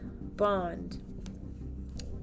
Bond